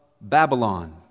Babylon